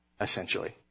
essentially